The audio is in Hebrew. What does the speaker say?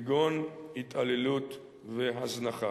כגון התעללות והזנחה.